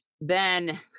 then-